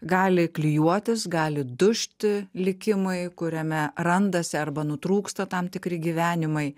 gali klijuotis gali dužti likimai kuriame randasi arba nutrūksta tam tikri gyvenimai